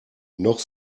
noch